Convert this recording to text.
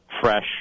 fresh